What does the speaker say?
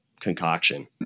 Concoction